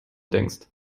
denkst